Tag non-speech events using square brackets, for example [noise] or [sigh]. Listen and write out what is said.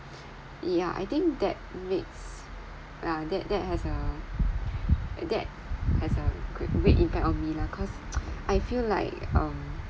yeah I think that makes yeah that that has a that has a great impact of me lah cause [noise] I feel like um